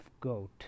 goat